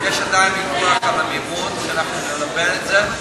יש עדיין ויכוח על המימון, אנחנו נלבן את זה,